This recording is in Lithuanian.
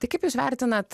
tai kaip jūs vertinat